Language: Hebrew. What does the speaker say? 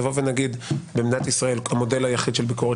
נבוא ונאמר שבמדינת ישראל המודל היחיד של ביקורת